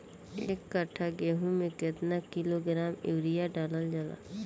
एक कट्टा गोहूँ में केतना किलोग्राम यूरिया डालल जाला?